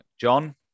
John